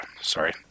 sorry